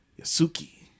Yasuki